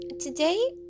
today